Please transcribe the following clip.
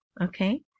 okay